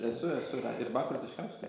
aš esu esu ir bakui ir taškauskui